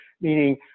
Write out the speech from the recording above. meaning